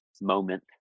Moment